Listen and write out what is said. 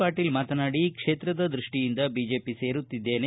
ಪಾಟೀಲ್ ಮಾತನಾಡಿ ಕ್ಷೇತ್ರದ ದೃಷ್ಟಿಯಿಂದ ಬಿಜೆಪಿ ಸೇರುತ್ತಿದ್ದೇನೆ